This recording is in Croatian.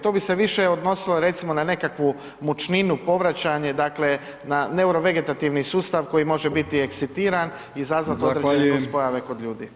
To bi se više odnosilo, recimo, na nekakvu mučninu, povraćanje, dakle, na neurovegetativni sustav koji može biti ekscitiran i izazvat određene [[Upadica: Zahvaljujem…]] nus pojave kod ljudi.